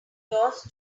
yours